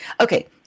Okay